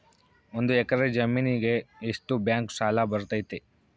ಒಂದು ಎಕರೆ ಜಮೇನಿಗೆ ಎಷ್ಟು ಬ್ಯಾಂಕ್ ಸಾಲ ಬರ್ತೈತೆ?